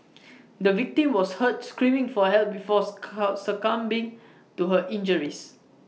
the victim was heard screaming for help before succumbing to her injuries